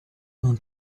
non